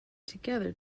together